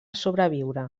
sobreviure